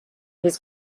his